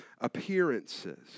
appearances